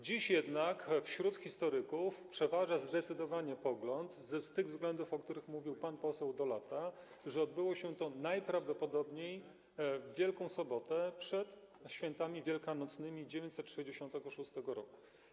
Dziś jednak wśród historyków przeważa zdecydowanie pogląd, z tych względów, o których mówił pan poseł Dolata, że odbyło się to najprawdopodobniej w Wielką Sobotę przed Świętami Wielkanocnymi 966 r.